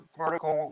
vertical